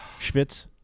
schwitz